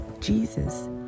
Jesus